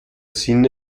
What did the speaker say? sinn